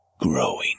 growing